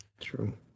true